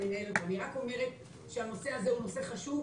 אני רק אומרת שהנושא הזה חשוב.